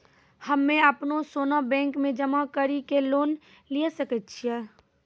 हम्मय अपनो सोना बैंक मे जमा कड़ी के लोन लिये सकय छियै?